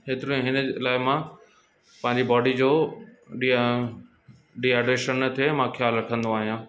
एतिरो हिन लाइ मां पंहिंजी बॉडी जो डी डी न थिए मां ख्यालु रखंदो आहियां